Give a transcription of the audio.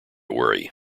worry